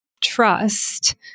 trust